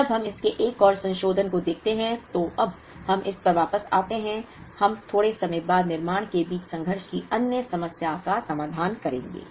जब हम इसके एक और संशोधन को देखते हैं तो अब हम इस पर वापस जाते हैं हम थोड़े समय बाद निर्माण के बीच संघर्ष की अन्य समस्या का समाधान करेंगे